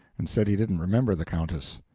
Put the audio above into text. and said he didn't remember the countess.